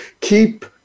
keep